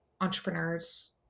entrepreneurs